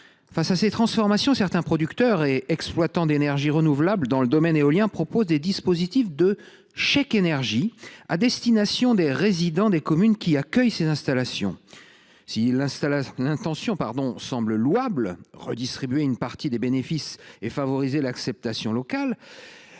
Face à ces transformations, certains producteurs et exploitants d’énergies renouvelables dans le domaine éolien proposent des dispositifs de chèque énergie à destination des résidents des communes qui accueillent ces installations. Si l’intention semble louable – il s’agit de redistribuer une partie des bénéfices et de favoriser l’acceptation locale